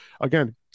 again